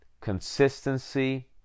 consistency